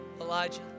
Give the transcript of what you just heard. Elijah